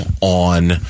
on